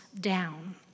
down